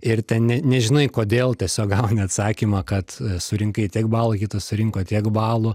ir ten ne nežinai kodėl tiesiog gauni atsakymą kad surinkai tiek balų kitas surinko tiek balų